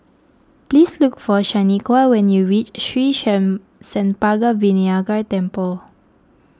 please look for Shanequa when you reach Sri Senpaga Vinayagar Temple